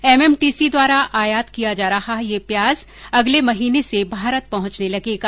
M M T C द्वारा आयात किया जा रहा यह प्याज अगले महीने से भारत पहुंचने लगेगा